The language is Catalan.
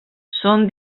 són